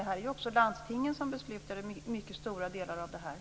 Det är också landstingen som beslutar i mycket stora delar av detta.